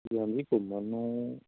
ਹਾਂਜੀ ਹਾਂਜੀ ਘੁੰਮਣ ਨੂੰ